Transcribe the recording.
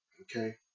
okay